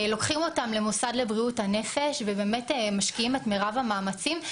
לוקחים אותם למוסד לבריאות הנפש ובאמת משקיעים את מרב המאמצים.